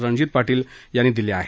रणजित पाटील यांनी दिले आहेत